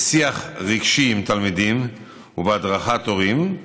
בשיח רגשי עם תלמידים ובהדרכת הורים.